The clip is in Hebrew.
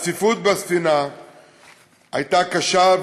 הצפיפות בספינה הייתה קשה,